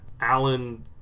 Alan